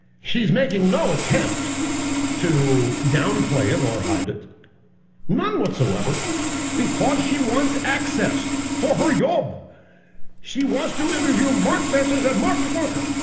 he's making no attempt to downplaying or hide it none whatsoever because she wants access for her job she wants to interview a mock such as the market worker